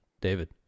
David